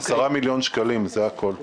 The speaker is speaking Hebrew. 10 מיליון שקלים, זה הכול.